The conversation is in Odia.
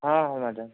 ହଁ ହଁ ମ୍ୟାଡାମ